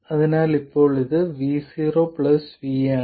അതിനാൽ ഇപ്പോൾ ഇത് V0 v ആണ് ഇത് I0 i ആണ്